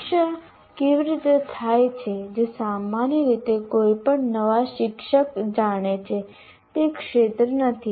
શિક્ષણ કેવી રીતે થાય છે જે સામાન્ય રીતે કોઈપણ નવા શિક્ષક જાણે છે તે ક્ષેત્ર નથી